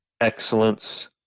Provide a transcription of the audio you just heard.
excellence